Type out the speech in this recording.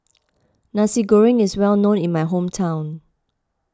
Nasi Goreng is well known in my hometown